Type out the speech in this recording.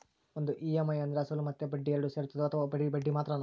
ಒಂದು ಇ.ಎಮ್.ಐ ಅಂದ್ರೆ ಅಸಲು ಮತ್ತೆ ಬಡ್ಡಿ ಎರಡು ಸೇರಿರ್ತದೋ ಅಥವಾ ಬರಿ ಬಡ್ಡಿ ಮಾತ್ರನೋ?